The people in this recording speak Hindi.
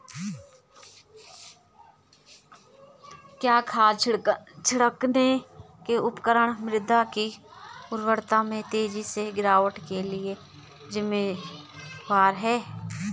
क्या खाद छिड़कने के उपकरण मृदा की उर्वरता में तेजी से गिरावट के लिए जिम्मेवार हैं?